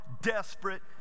desperate